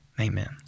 Amen